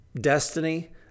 destiny